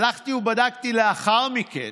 הלכתי ובדקתי לאחר מכן.